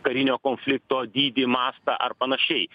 karinio konflikto dydį mastą ar panašiai